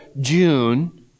June